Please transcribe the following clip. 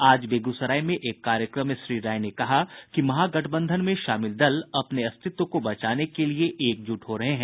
आज बेगूसराय में एक कार्यक्रम में श्री राय ने कहा कि महागठबंधन में शामिल दल अपने अस्तित्व को बचाने के लिए एकजुट हो रहे हैं